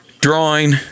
drawing